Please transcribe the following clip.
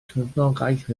cefnogaeth